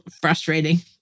frustrating